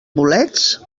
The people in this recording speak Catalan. bolets